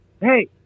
Hey